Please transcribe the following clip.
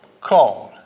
Called